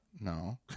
No